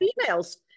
females